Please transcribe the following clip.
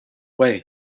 way